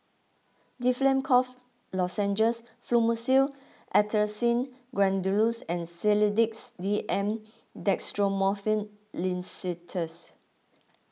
Difflam Cough Lozenges Fluimucil Acetylcysteine Granules and Sedilix D M Dextromethorphan Linctus